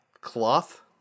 cloth